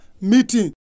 meeting